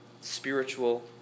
spiritual